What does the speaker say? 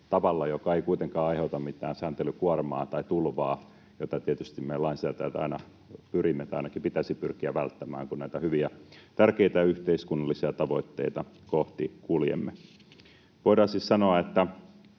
joka ei kuitenkaan aiheuta mitään sääntelykuormaa tai ‑tulvaa, jota tietysti meidän lainsäätäjien aina pitäisi pyrkiä välttämään, kun näitä hyviä ja tärkeitä yhteiskunnallisia tavoitteita kohti kuljemme. Voidaan siis sanoa, että